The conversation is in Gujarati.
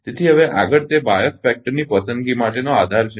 તેથી હવે આગળ તે બાઅસ પરિબળની પસંદગી માટેનો આધાર છે